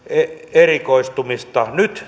erikoistumista nyt